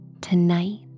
tonight